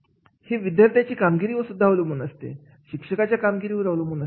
ही विद्यार्थ्यांच्या कामगिरीवर अवलंबून असते शिक्षकाच्या कामगिरीवर अवलंबून असते